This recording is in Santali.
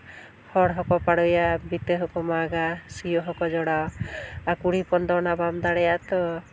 ᱠᱷᱚᱲ ᱦᱚᱸᱠᱚ ᱯᱟᱲᱳᱭᱟ ᱵᱷᱤᱛᱟᱹ ᱦᱚᱸᱠᱚ ᱢᱟᱜᱟ ᱥᱤᱭᱳᱜ ᱦᱚᱸᱠᱚ ᱡᱚᱲᱟᱣᱟ ᱟᱨ ᱠᱩᱲᱤ ᱦᱚᱯᱚᱱ ᱫᱚ ᱚᱱᱟ ᱵᱟᱢ ᱫᱟᱲᱭᱟᱜᱼᱟ ᱛᱚ